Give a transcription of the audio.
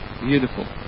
beautiful